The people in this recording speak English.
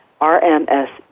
RMS